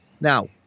Now